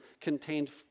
contained